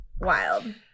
wild